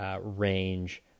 range